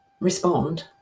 respond